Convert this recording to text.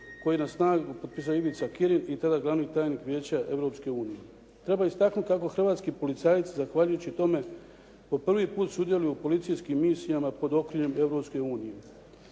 koji je na snagu potpisao Ivica Kirin i tada glavni tajnik Vijeća Europske unije. Treba istaknuti kako hrvatski policajci zahvaljujući tome po prvi puta sudjeluju u policijskim misijama pod okriljem